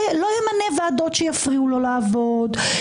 לא ימנה ועדות שיפריעו לו לעבוד,